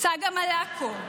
צגה מלקו,